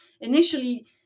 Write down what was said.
initially